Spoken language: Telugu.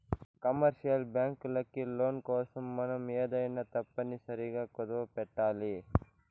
కమర్షియల్ బ్యాంకులకి లోన్ కోసం మనం ఏమైనా తప్పనిసరిగా కుదవపెట్టాలి